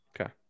Okay